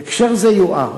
בהקשר זה יוער